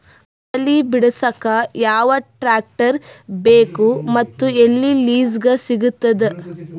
ಕಡಲಿ ಬಿಡಸಕ್ ಯಾವ ಟ್ರ್ಯಾಕ್ಟರ್ ಬೇಕು ಮತ್ತು ಎಲ್ಲಿ ಲಿಜೀಗ ಸಿಗತದ?